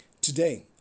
Today